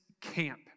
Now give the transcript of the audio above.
camp